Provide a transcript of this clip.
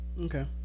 Okay